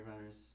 Runners